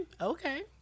Okay